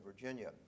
Virginia